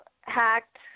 hacked